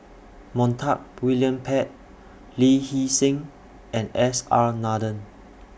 Montague William Pett Lee Hee Seng and S R Nathan